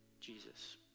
Jesus